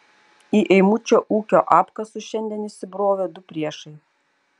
į eimučio ūkio apkasus šiandien įsibrovė du priešai